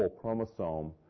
chromosome